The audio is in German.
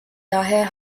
daher